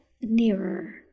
nearer